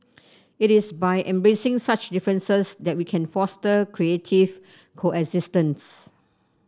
it is by embracing such differences that we can foster creative coexistence